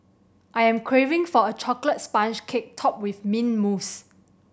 I am craving for a chocolate sponge cake topped with mint mousse